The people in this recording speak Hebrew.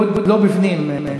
לא בפנים, שמולי.